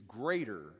greater